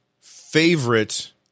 favorite